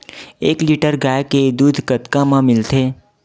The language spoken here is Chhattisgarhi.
एक लीटर गाय के दुध कतका म मिलथे?